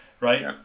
right